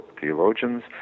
theologians